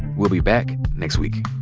we'll be back next week